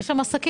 יש שם עסקים.